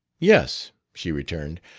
yes, she returned.